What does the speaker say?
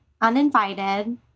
uninvited